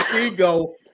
ego